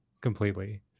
Completely